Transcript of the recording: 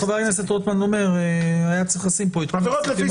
חה"כ רוטמן אומר שהיה צריך לשים פה עדכון לסעיפים